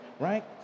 right